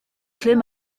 klemm